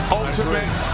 ultimate